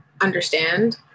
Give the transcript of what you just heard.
understand